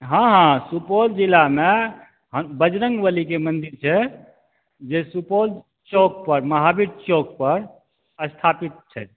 हँ सुपौल जिलामे बजरंगबलीके मन्दिर छै जे सुपौल चौक पर महावीर चौक पर स्थापित छथि